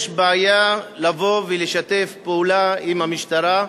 יש בעיה לבוא ולשתף פעולה עם המשטרה.